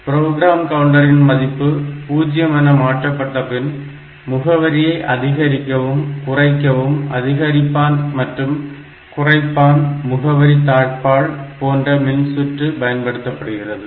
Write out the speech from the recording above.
program கவுண்டரின் மதிப்பு 0 என மாற்றப்பட்டபின் முகவரியை அதிகரிக்கவும் குறைக்கவும் அதிகரிப்பான் மற்றும் குறைப்பான் முகவரி தாழ்பாள் போன்ற மின்சுற்று பயன்படுத்தப்படுகிறது